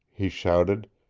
he shouted.